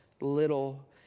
little